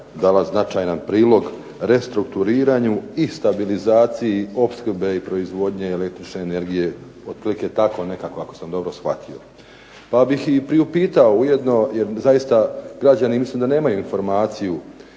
dala značajan prilog restrukturiranju i stabilizaciji opskrbe i proizvodnje električne energije ako sam dobro shvatio. Pa bih je priupitao ujedno jer zaista građani mislim da nemaju informaciju